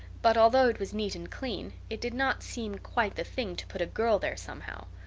but, although it was neat and clean, it did not seem quite the thing to put a girl there somehow.